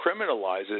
criminalizes